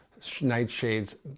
nightshades